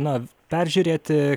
na peržiūrėti